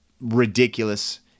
ridiculous